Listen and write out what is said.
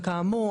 וכאמור,